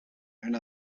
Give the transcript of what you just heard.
and